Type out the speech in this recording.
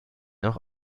auch